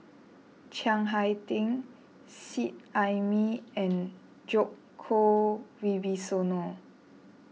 Chiang Hai Ding Seet Ai Mee and Djoko Wibisono